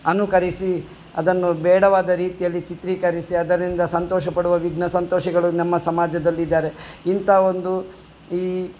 ಅನುಕರಿಸಿ ಅದನ್ನು ಬೇಡವಾದ ರೀತಿಯಲ್ಲಿ ಚಿತ್ರೀಕರಿಸಿ ಅದರಿಂದ ಸಂತೋಷ ಪಡುವ ವಿಘ್ನ ಸಂತೋಷಿಗಳು ನಮ್ಮ ಸಮಾಜದಲ್ಲಿದ್ದಾರೆ ಇಂತ ಒಂದು ಈ